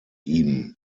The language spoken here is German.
ihm